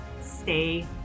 Stay